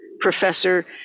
professor